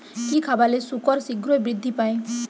কি খাবালে শুকর শিঘ্রই বৃদ্ধি পায়?